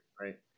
right